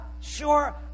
sure